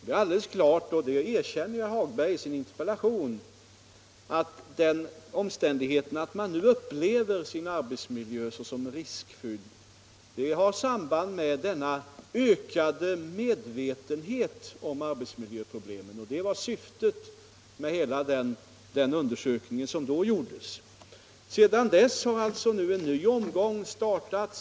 Det är alldeles klart — och det erkänner herr Hagberg i sin interpellation — att den omständigheten att man nu upplever sin arbetsmiljö som riskfylld har samband med denna ökade medvetenhet om arbetsmiljöproblemen. Och det var syftet med hela den undersökning som då gjordes. Sedan dess har nu en ny omgång startat.